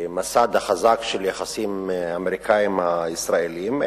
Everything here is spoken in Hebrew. ולמסד החזק של היחסים האמריקניים הישראליים,